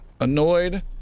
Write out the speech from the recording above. annoyed